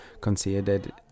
considered